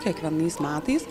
kiekvienais metais